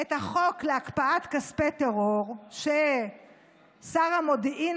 את החוק להקפאת כספי טרור ששר המודיעין